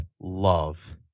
love